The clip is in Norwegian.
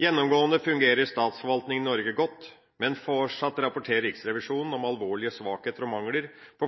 Gjennomgående fungerer statsforvaltninga i Norge godt, men fortsatt rapporterer Riksrevisjonen om alvorlige svakheter og mangler på